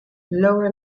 lower